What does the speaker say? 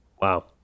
Wow